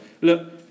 look